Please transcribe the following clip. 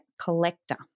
Collector